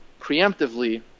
preemptively